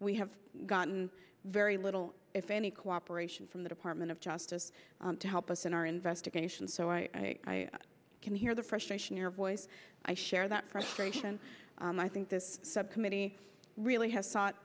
we have gotten very little if any cooperation from the department of justice to help us in our investigation so i can hear the frustration your voice i share that frustration i think this subcommittee really has sought